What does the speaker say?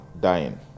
dying